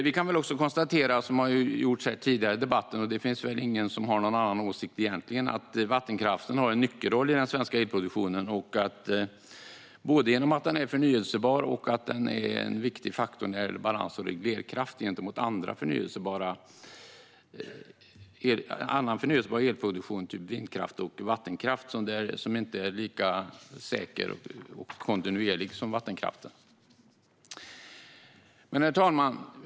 Vi kan väl också konstatera, liksom tidigare i debatten, och det finns väl egentligen ingen som har någon annan åsikt, att vattenkraften har en nyckelroll i den svenska elproduktionen, både genom att den är förnybar och genom att den är en viktig faktor när det gäller balans och reglerkraft gentemot annan förnybar elproduktion, till exempel vind och solenergi, som inte är lika kontinuerligt säkra som vattenkraft. Herr talman!